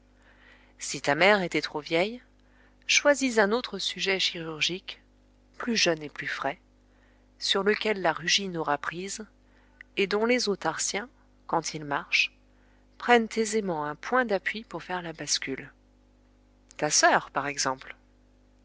si ta mère était trop vieille choisis un autre sujet chirurgique plus jeune et plus frais sur lequel la rugine aura prise et dont les os tarsiens quand il marche prennent aisément un point d'appui pour faire la bascule ta soeur par exemple